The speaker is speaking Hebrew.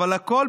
אבל הכול,